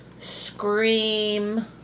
Scream